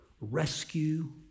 rescue